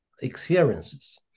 experiences